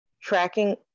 tracking